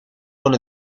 con